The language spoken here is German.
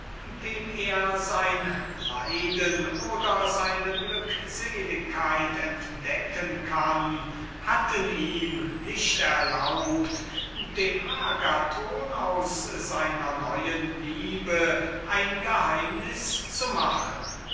dem er sein leiden oder seine glückseligkeit entdecken kann hatten ihm nicht erlaubt dem agathon aus seiner neuen liebe ein geheimnis zu machen